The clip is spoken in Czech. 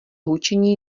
hučení